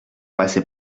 passer